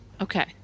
Okay